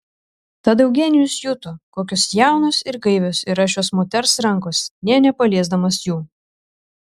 tad eugenijus juto kokios jaunos ir gaivios yra šios moters rankos nė nepaliesdamas jų